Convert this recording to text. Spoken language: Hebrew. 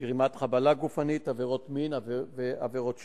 גרימת חבלה גופנית, עבירות מין ועבירות שוד.